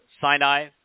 Sinai